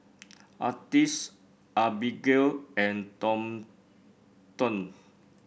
Artis Abigale and Thornton